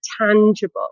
tangible